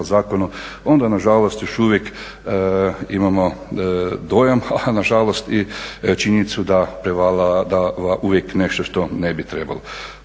zakonu onda nažalost još uvijek imamo dojam, a nažalost i činjenicu da prevladava uvijek nešto što ne bi trebalo.